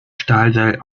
stahlseil